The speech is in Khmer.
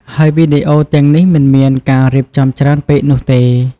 ហើយវីដេអូទាំងនេះមិនមានការរៀបចំច្រើនពេកនោះទេ។